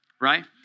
Right